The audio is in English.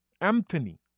Anthony